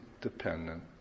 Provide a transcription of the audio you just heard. dependent